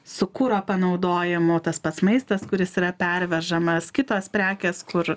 su kuro panaudojimu tas pats maistas kuris yra pervežamas kitos prekės kur